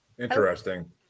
Interesting